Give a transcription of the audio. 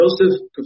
Joseph